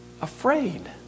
afraid